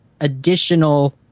additional